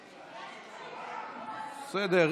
בסדר.